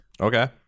okay